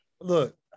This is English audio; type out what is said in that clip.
look